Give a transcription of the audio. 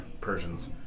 Persians